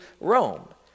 Rome